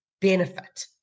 benefit